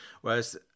Whereas